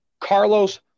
Carlos